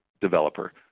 developer